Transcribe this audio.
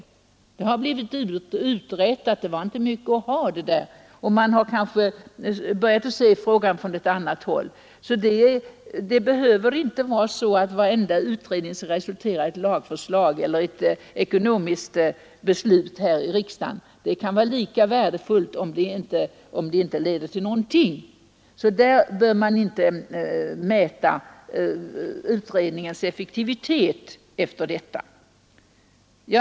Förslag har utretts och man har funnit att de inte var mycket att ha; och man har kanske börjat se frågan ur en annan synvinkel. Det behöver inte vara så att varenda utredning skall resultera i ett lagförslag eller ett ekonomiskt beslut i riksdagen. Det kan vara lika värdefullt om det inte leder till någonting. Man behöver inte mäta utredningens effektivitet efter detta.